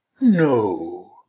No